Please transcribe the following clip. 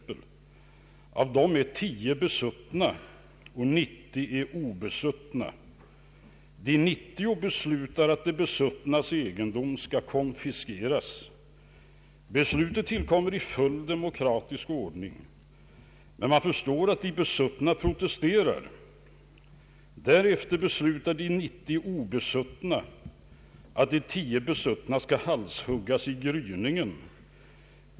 ”Av dem är 10 besuttna, 90 obesuttna. De 90 beslutar att de besuttnas egendom ska konfiskeras. Beslutet tillkommer i fullt demokratisk ordning. Men man förstår att de besuttna protesterar. Därefter beslutar de 90 obesuttna att de 10 besuttna ska halshuggas i gryningen.